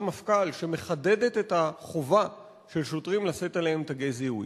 מפכ"ל שמחדדת את החובה של שוטרים לשאת עליהם תגי זיהוי.